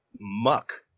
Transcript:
muck